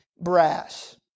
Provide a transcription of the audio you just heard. brass